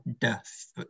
death